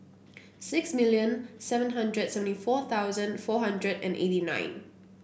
six million seven hundred and seventy four thousand four hundred and eighty nine